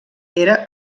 era